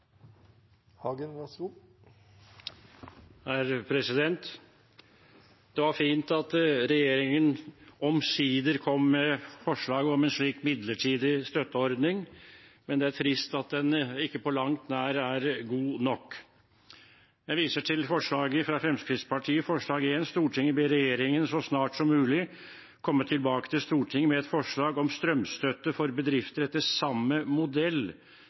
trist at den ikke på langt nær er god nok. Jeg viser til forslaget fra Fremskrittspartiet, forslag nr. 1: «Stortinget ber regjeringen så snart som mulig komme tilbake til Stortinget med et forslag om strømstøtte for bedrifter etter samme modell